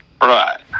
Right